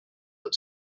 that